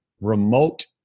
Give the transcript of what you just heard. remote